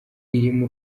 irimo